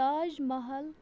Taj Mahal